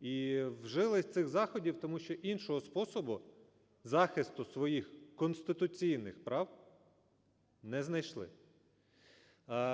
і вжили цих заходів, тому що іншого способу захисту своїх конституційних прав не знайшли.